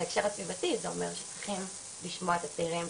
בהקשר הסביבתי זה אומר שצריכים לשמוע את הצעירים,